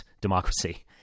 democracy